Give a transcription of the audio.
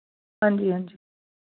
ਹਾਂਜੀ ਹਾਂਜੀ